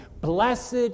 Blessed